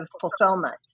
fulfillment